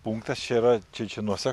punktas čia yra čečėnuose